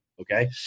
Okay